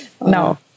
No